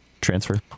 transfer